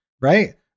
right